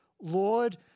Lord